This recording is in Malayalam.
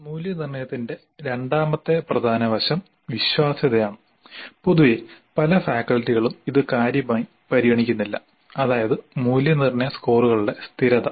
മൂല്യനിർണ്ണയത്തിന്റെ രണ്ടാമത്തെ പ്രധാന വശം വിശ്വാസ്യത ആണ് പൊതുവെ പല ഫാക്കൽറ്റികളും ഇത് കാര്യമായി പരിഗണിക്കുന്നില്ല അതായത് മൂല്യനിർണ്ണയ സ്കോറുകളുടെ സ്ഥിരത